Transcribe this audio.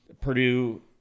Purdue